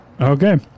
Okay